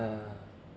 uh